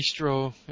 bistro